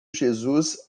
jesus